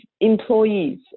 employees